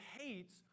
hates